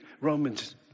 Romans